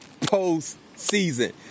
postseason